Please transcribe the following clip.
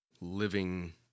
living